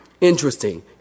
Interesting